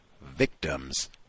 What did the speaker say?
victims